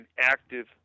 active